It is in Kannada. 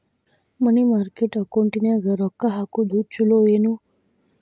ಮನಿ ಮಾರ್ಕೆಟ್ ಅಕೌಂಟಿನ್ಯಾಗ ರೊಕ್ಕ ಹಾಕುದು ಚುಲೊ ಏನು